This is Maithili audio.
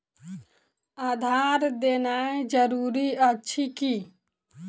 आधार देनाय जरूरी अछि की?